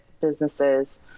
businesses